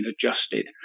adjusted